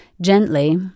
Gently